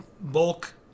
bulk